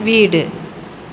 வீடு